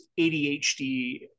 ADHD